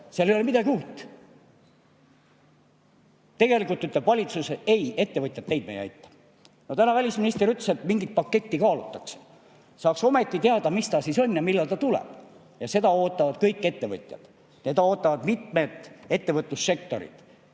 Seal ei ole midagi uut. Tegelikult ütleb valitsus: "Ei, ettevõtjaid me ei aita." Täna välisminister ütles, et mingit paketti kaalutakse. Saaks ometi teada, mis see siis on ja millal see tuleb. Ja seda ootavad kõik ettevõtjad. Seda ootavad mitmed ettevõtlussektorid,